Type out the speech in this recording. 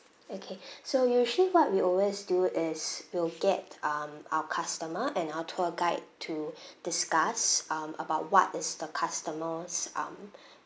okay so usually what we always do is we'll get um our customer and our tour guide to discuss um about what is the customer's um